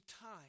time